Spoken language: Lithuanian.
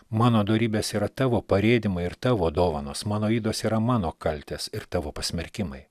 mano dorybės yra tavo parėdymai ir tavo dovanos mano ydos yra mano kaltės ir tavo pasmerkimai